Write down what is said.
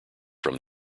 from